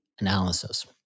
analysis